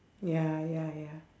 ya ya ya